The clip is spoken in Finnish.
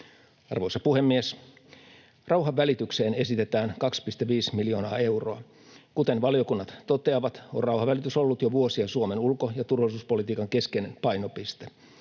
Arvoisa puhemies! Rauhanvälitykseen esitetään 2,5 miljoonaa euroa. Kuten valiokunnat toteavat, on rauhanvälitys ollut jo vuosia Suomen ulko- ja turvallisuuspolitiikan keskeinen painopiste.